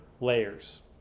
layers